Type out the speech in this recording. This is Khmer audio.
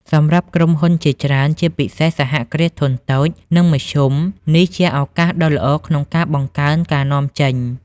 សម្រាប់ក្រុមហ៊ុនជាច្រើន ជាពិសេសសហគ្រាសធុនតូច និងមធ្យម នេះជាឱកាសដ៏ល្អក្នុងការបង្កើនការនាំចេញ។